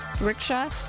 Rickshaw